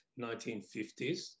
1950s